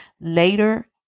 later